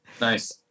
Nice